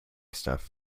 stuff